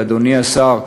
ואדוני השר,